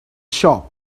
shop